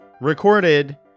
recorded